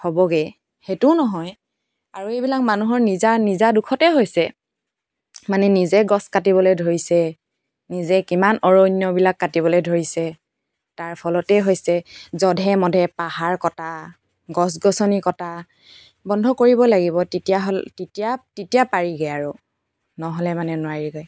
হ'বগে সেইটোও নহয় আৰু এইবিলাক মানুহৰ নিজা নিজা দোষতেই হৈছে মানে নিজেই গছ কাটিবলৈ ধৰিছে নিজে কিমান অৰণ্যবিলাক কাটিবলৈ ধৰিছে তাৰ ফলতেই হৈছে যধে মধে পাহাৰ কটা গছ গছনি কটা বন্ধ কৰিব লাগিব তেতিয়াহ'লে তেতিয়া তেতিয়া পাৰিগৈ আৰু নহ'লে মানে নোৱাৰিগৈ